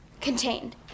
contained